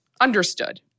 Understood